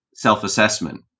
self-assessment